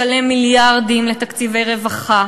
לשלם מיליארדים לתקציבי רווחה,